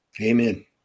Amen